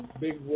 big